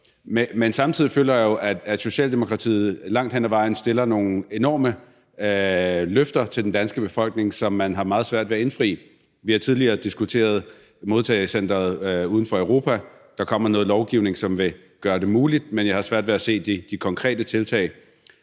Men samtidig føler jeg jo, at Socialdemokratiet langt hen ad vejen giver nogle enorme løfter til den danske befolkning, som man har meget svært ved at indfri. Vi har tidligere diskuteret modtagecenteret uden for Europa. Der kommer noget lovgivning, som vil gøre det muligt, men jeg har svært ved at se de konkrete tiltag.